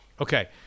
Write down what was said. Okay